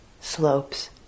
slopes